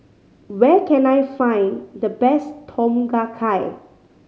where can I find the best Tom Kha Gai